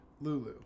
Lulu